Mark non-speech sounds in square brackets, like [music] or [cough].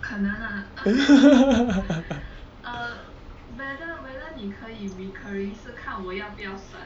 [laughs]